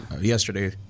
yesterday